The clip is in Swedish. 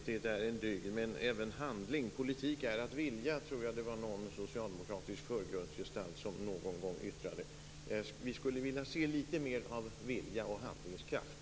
Fru talman! Visst är tålamod en dygd. Politik är att vilja, sade en gång en socialdemokratisk förgrundsgestalt. Vi skulle vilja se lite mer av vilja och handlingskraft.